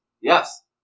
Yes